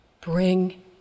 bring